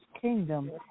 kingdom